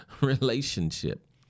relationship